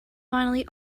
finally